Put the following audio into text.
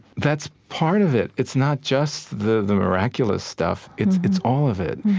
that's part of it. it's not just the the miraculous stuff. it's it's all of it.